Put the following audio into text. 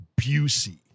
Busey